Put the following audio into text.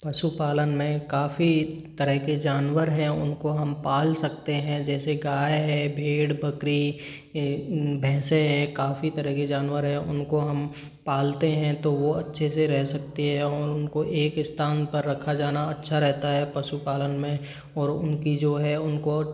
पशुपालन में काफ़ी तरह के जानवर हैं उनको हम पाल सकते हैं जैसे गाय है भेड़ बकरी भैंसें हैं काफ़ी तरह के जानवर हैं उनको हम पालते हैं तो वो अच्छे से रह सकते हैं और उनको एक स्थान पर रखा जाना अच्छा रहता है पशुपालन में और उनकी जो है उनको